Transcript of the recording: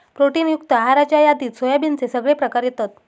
protein युक्त आहाराच्या यादीत सोयाबीनचे सगळे प्रकार येतत